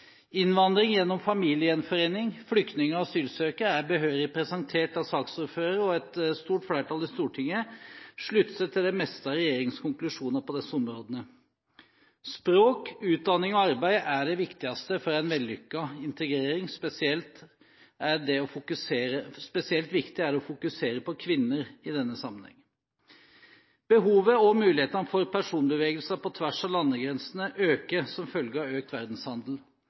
Innvandring gjennom familiegjenforening, flyktninger og asylsøkere er behørig presentert av saksordfører, og et stort flertall i Stortinget slutter seg til det meste av regjeringens konklusjoner på disse områdene. Språk, utdanning og arbeid er det viktigste for en vellykket integrering, spesielt viktig er det å fokusere på kvinner i denne sammenheng. Behovet og mulighetene for personbevegelser på tvers av landegrensene øker som følge av økt verdenshandel,